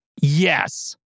Yes